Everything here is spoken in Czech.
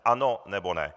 Ano, nebo ne.